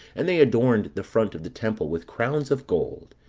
and they adorned the front of the temple with crowns of gold,